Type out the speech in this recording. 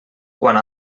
quant